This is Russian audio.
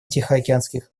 тихоокеанских